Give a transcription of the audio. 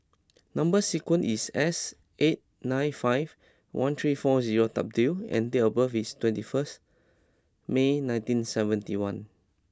number sequence is S eight nine five one three four zero W and date of birth is twenty first May nineteen seventy one